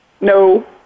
No